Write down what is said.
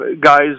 guys